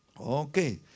Okay